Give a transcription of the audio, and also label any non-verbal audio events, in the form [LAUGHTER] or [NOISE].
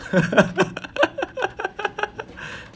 [LAUGHS]